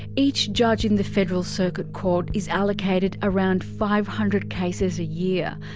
each judge in the federal circuit court is allocated around five hundred cases a year.